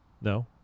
No